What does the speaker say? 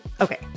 Okay